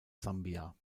sambia